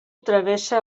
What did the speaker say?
travessa